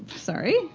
sorry